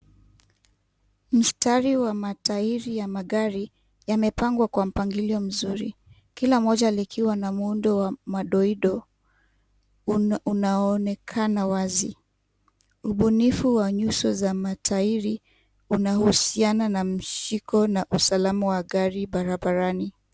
Mstari wa matairi ya magari yamepangwa kwa mpangilio mzuri. Kila moja likiwa na muundo wa madoido unaonekana wazi. Ubunifu wa nyuso za matairi unahusiana na mshiko na usalama wa gari barabarani.